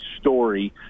story